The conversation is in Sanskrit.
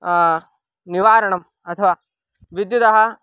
निवारणम् अथवा विद्युदः